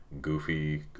goofy